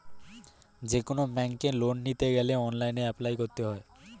যেকোনো ব্যাঙ্কে লোন নিতে গেলে অনলাইনে অ্যাপ্লাই করতে হয়